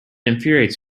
infuriates